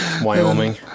Wyoming